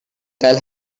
tell